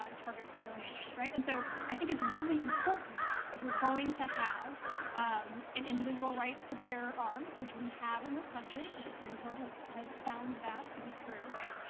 ah target particular neighborhoods, right? and so i think it's really important if we're going to have an individual right to bear arms, which we have in this country the supreme court has has found that to be true, right,